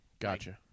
Gotcha